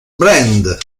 brand